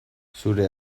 zure